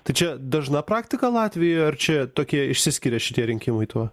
tai čia dažna praktika latvijo ar čia tokie išsiskiria šitie rinkimai tuo